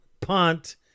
punt